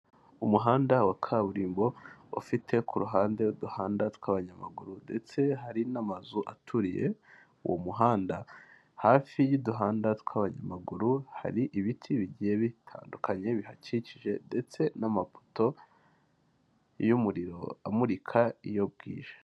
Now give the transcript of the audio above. Umuhanda wa kaburimbo ufite ku ruhande uduhanda tw'abanyamaguru ndetse hari n'amazu aturiye uwo muhanda, hafi y'uduhanda tw'abanyamaguru hari ibiti bigiye bitandukanye bihakikije ndetse n'amapoto y'umuriro amurika iyo bwije.